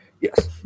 Yes